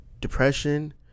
depression